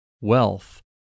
wealth